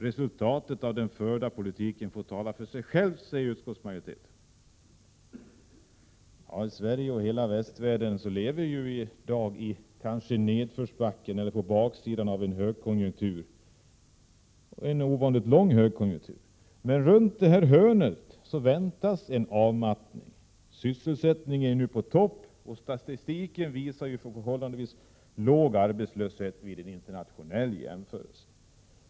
Resultatet av den förda politiken får tala för sig självt, säger utskottsmajoriteten. I Sverige och i hela västvärlden lever vi i dag kanske i efterdyningen av en ovanligt lång högkonjunktur. Runt hörnet väntar en avmattning. Sysselsättningen är på topp, och statistiken visar på en förhållandevis låg arbetslöshet vid en internationell jämförelse.